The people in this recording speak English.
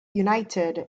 united